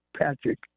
Patrick